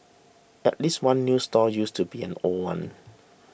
at least one new stall used to be an old one